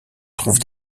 trouve